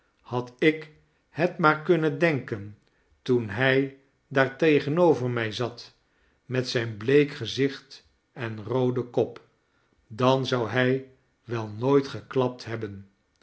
had ik het maar kunnen denken toen hij daar tegenover mij zat met zijn bleek gezicht en rooden kop dan zou hij wel nooit geklapt hebben